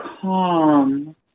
calm